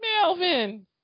Melvin